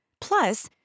Plus